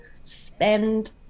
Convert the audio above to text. spend